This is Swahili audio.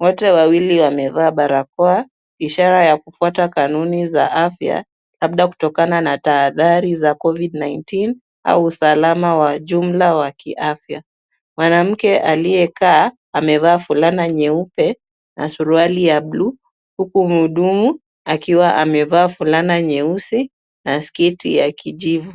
wote wawili wamevaa barakoa ishara ya kufuata kanuni za afya, labda kutokana na tahadhari za covid 19 au usalama wa jumla wa kiafya. Mwanamke aliyekaa amevaa fulana nyeupe na suruali ya blue huku mhudumu akiwa amevaa fulana nyeusi na sketi ya kijivu.